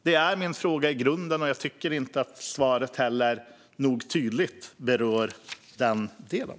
Det är min fråga i grunden, och jag tycker inte att svaret tydligt nog berör den delen.